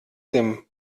dem